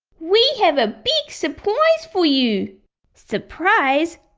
we have a big surprise for you surprise?